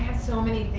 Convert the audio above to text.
so many